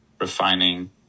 refining